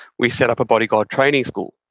we set up a bodyguard training school.